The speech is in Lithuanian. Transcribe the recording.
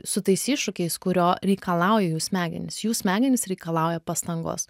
su tais iššūkiais kurio reikalauja jų smegenys jų smegenys reikalauja pastangos